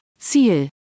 Ziel